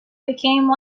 became